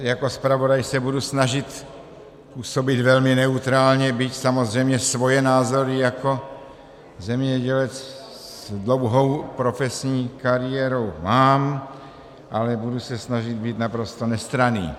Jako zpravodaj se budu snažit působit velmi neutrálně, byť samozřejmě svoje názory jako zemědělec s dlouhou profesní kariérou mám, ale budu se snažit být naprosto nestranný.